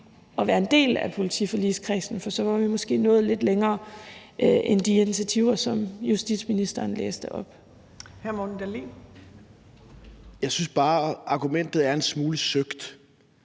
at være en del af politiforligskredsen, for så var vi måske nået lidt længere end de initiativer, som justitsministeren læste op. Kl. 17:12 Tredje næstformand